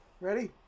Ready